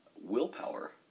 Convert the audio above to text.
willpower